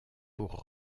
pour